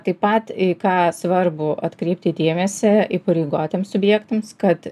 taip pat į ką svarbu atkreipti dėmesį įpareigotiems subjektams kad